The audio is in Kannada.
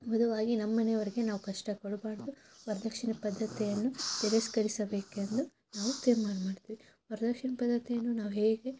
ವಧುವಾಗಿ ನಮ್ಮ ಮನೆಯವ್ರಿಗೆ ನಾವು ಕಷ್ಟ ಕೊಡಬಾರ್ದು ವರದಕ್ಷಿಣೆ ಪದ್ಧತಿಯನ್ನು ತಿರಸ್ಕರಿಸಬೇಕೆಂದು ನಾವು ತೀರ್ಮಾನ ಮಾಡ್ತೀವಿ ವರದಕ್ಷಿಣೆ ಪದ್ಧತಿಯನ್ನು ನಾವು ಹೇಗೆ